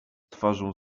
twarzą